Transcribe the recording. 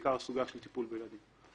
בעיקר הסוגיה של טיפול בילדים.